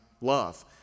love